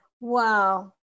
Wow